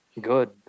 good